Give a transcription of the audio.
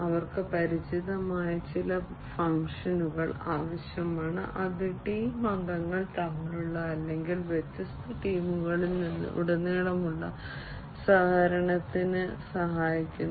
അവർക്ക് പരിചിതമായ ചില ഫംഗ്ഷനുകൾ ആവശ്യമാണ് അത് ടീം അംഗങ്ങൾ തമ്മിലുള്ള അല്ലെങ്കിൽ വ്യത്യസ്ത ടീമുകളിൽ ഉടനീളമുള്ള സഹകരണത്തിന് സഹായിക്കുന്നു